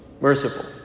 merciful